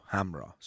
Hamra